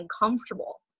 uncomfortable